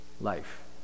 life